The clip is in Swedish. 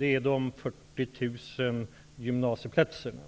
är de 40 000 gymnasieplatserna.